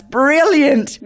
brilliant